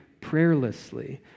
prayerlessly